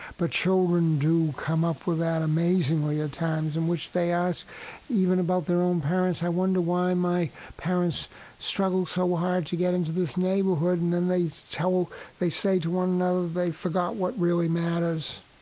but children do come up with that amazingly at times in which they ask even about their own parents i wonder why my parents struggled so hard to get into this neighborhood. and then they they say to one another they forgot what really matters.